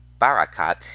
Barakat